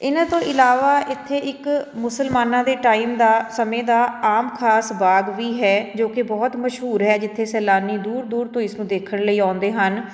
ਇਹਨਾਂ ਤੋਂ ਇਲਾਵਾ ਇੱਥੇ ਇੱਕ ਮੁਸਲਮਾਨਾਂ ਦੇ ਟਾਈਮ ਦਾ ਸਮੇਂ ਦਾ ਆਮ ਖਾਸ ਬਾਗ ਵੀ ਹੈ ਜੋ ਕਿ ਬਹੁਤ ਮਸ਼ਹੂਰ ਹੈ ਜਿੱਥੇ ਸੈਲਾਨੀ ਦੂਰ ਦੂਰ ਤੋਂ ਇਸ ਨੂੰ ਦੇਖਣ ਲਈ ਆਉਂਦੇ ਹਨ